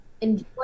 enjoy